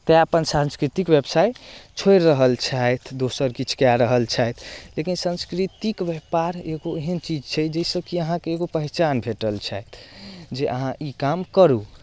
तैँ अपन सांस्कृतिक व्यवसाय छोड़ि रहल छथि दोसर किछु कए रहल छथि लेकिन सांस्कृतिक व्यापार एगो एहन चीज छै जाहिसँ कि अहाँकेँ एगो पहचान भेटल छथि जे अहाँ ई काम करू